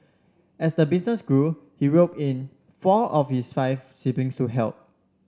as the business grew he roped in four of his five siblings to help